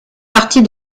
partie